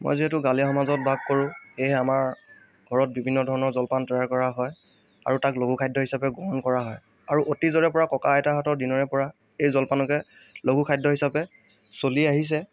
মই যিহেতু গাঁৱলীয়া সমাজত বাস কৰোঁ সেইহে আমাৰ ঘৰত বিভিন্ন ধৰণৰ জলপান তৈয়াৰ কৰা হয় আৰু তাক লঘু খাদ্য হিচাপে গ্ৰহণ কৰা হয় আৰু অতীজৰে পৰা ককা আইতাহঁতৰ দিনৰে পৰা এই জলপানকে লঘু খাদ্য হিচাপে চলি আহিছে